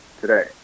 today